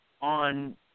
On